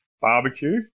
barbecue